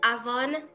Avon